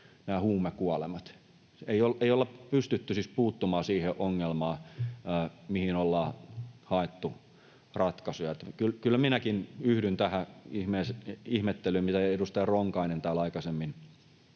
vähentyneet. Ei olla pystytty siis puuttumaan siihen ongelmaan, mihin ollaan haettu ratkaisuja. Kyllä minäkin yhdyn tähän ihmettelyyn, mitä edustaja Ronkainen täällä aikaisemmin